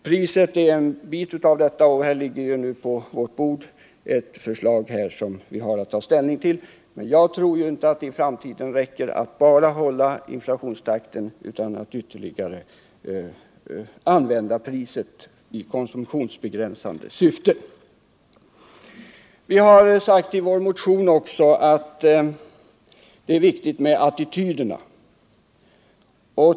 Priset är en bit i detta sammanhang, och här ligger nu på vårt bord ett förslag som vi har att ta ställning till. Jag tror inte att det i framtiden räcker att bara hålla jämna steg med inflationstakten utan att ytterligare använda priset i konsumtionsbegränsande syfte. I vår motion har vi också sagt att det är viktigt med attityderna.